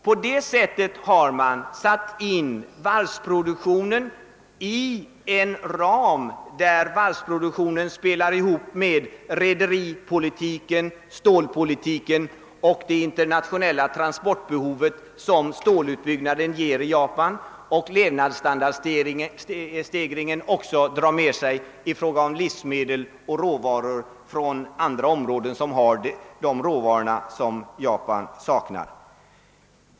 På det sättet har man satt in varvsproduktionen i en ram, där varvsproduktionen spelar ihop med rederipolitiken, stålpolitiken och det internationella transportbehov som stålutbyggnaden ger i Japan och som levnadsstandardstegringen drar med sig i fråga om livsmedel och råvaror från områden som har de råvaror Japan saknar.